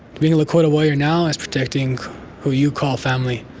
being a lakota warrior now is protecting who you call family,